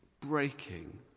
breaking